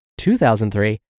2003